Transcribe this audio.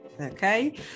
Okay